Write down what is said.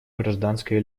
гражданское